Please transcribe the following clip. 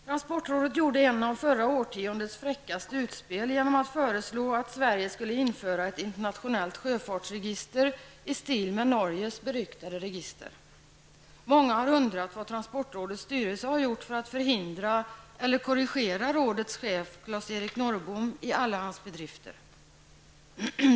Transportrådet gjorde ett av förra årtiondets fräckaste utspel genom att föreslå att Sverige skulle införa ett internationellt sjöfartsregister i stil med Norges beryktade register. Många har undrat vad transportrådets styrelse har gjort för att förhindra eller korrigera rådets chef Claes-Erik Norrbom i alla hans bedrifter.